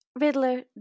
Riddler